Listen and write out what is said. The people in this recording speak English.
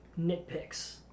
nitpicks